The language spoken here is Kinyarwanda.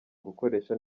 gukoresha